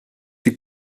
die